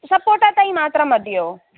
സപ്പോട്ട തൈ മാത്രം മതിയോ